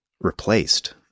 replaced